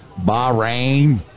Bahrain